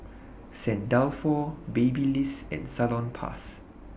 Saint Dalfour Babyliss and Salonpas